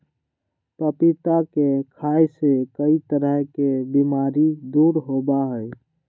पपीता के खाय से कई तरह के बीमारी दूर होबा हई